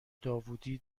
داوودی